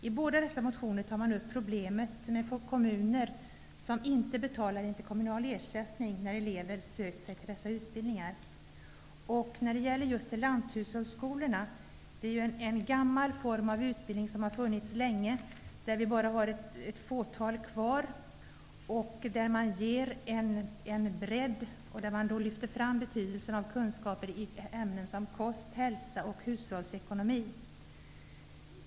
I båda dessa motioner tar man upp problemet med kommuner som inte betalar interkommunal ersättning när elever har sökt sig till dessa utbildningar. Lanthushållsskolorna är ju en gammal form av utbildning som har funnits länge. Det finns bara ett fåtal kvar. Där ges en bredd, och betydelsen av kunskaper i ämnen som kost, hälsa och hushållsekonomi lyfts fram.